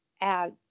add